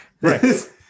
Right